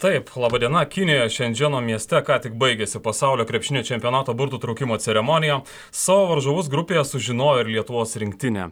taip laba diena kinijos šendženo mieste ką tik baigėsi pasaulio krepšinio čempionato burtų traukimo ceremonija savo varžovus grupėje sužinojo ir lietuvos rinktinė